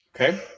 Okay